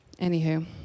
Anywho